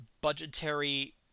budgetary